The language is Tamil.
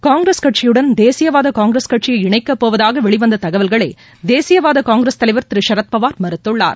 காங்கிரஸ் கட்சியுடன் தேசியவாத காங்கிரஸ் கட்சியை இணைக்கப்போவதாக வெளிவந்த தகவல்களை தேசியவாத காங்கிரஸ் தலைவர் திரு சரத்பவார் மறுத்துள்ளார்